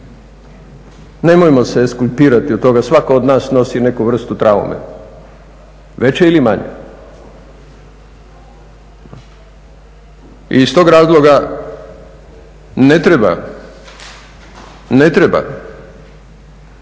Nemojmo se ekskulpirati od toga, svatko od nas nosi neku vrstu traume, veće ili manje. Iz tog razloga ne treba